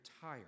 tired